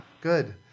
Good